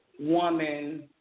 Woman